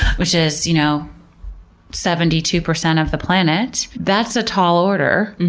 which is you know seventy two percent of the planet, that's a tall order.